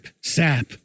sap